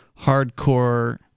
hardcore